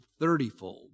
thirtyfold